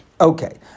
Okay